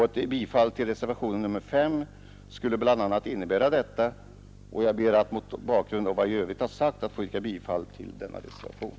Ett bifall till reservationen 5 skulle bl.a. innebära detta, och jag ber att mot bakgrund av vad jag här har sagt få yrka bifall till denna reservation.